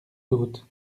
haute